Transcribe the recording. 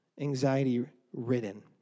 Anxiety-ridden